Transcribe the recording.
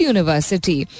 University